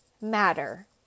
matter